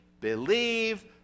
believe